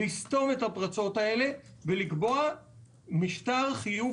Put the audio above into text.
לסתום את הפרצות האלה ולקבוע משטר חיוב